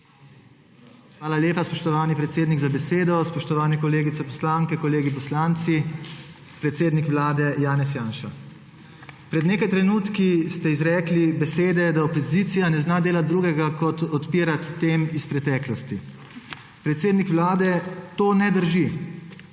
Hvala lepa, spoštovani predsednik za besedo. Spoštovani kolegice poslanke, kolegi poslanci! Predsednik Vlade Janez Janša! Pred nekaj trenutku ste izrekli besede, da opozicija ne zna delati drugega kot odpirati tem iz preteklosti. Predsednik Vlade, to ne drži.